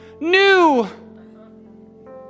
new